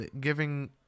giving